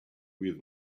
with